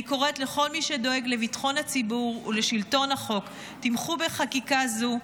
אני קוראת לכל מי שדואג לביטחון הציבור ולשלטון החוק: תמכו בחקיקה זו.